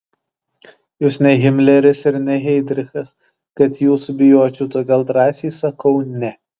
jūs ne himleris ir ne heidrichas kad jūsų bijočiau todėl drąsiai sakau ne